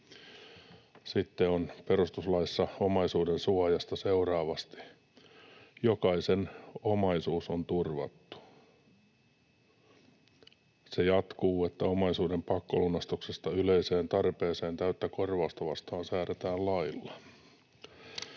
sitten on perustuslaissa omaisuuden suojasta seuraavasti: ”Jokaisen omaisuus on turvattu.” Se jatkuu: ”Omaisuuden pakkolunastuksesta yleiseen tarpeeseen täyttä korvausta vastaan säädetään lailla.”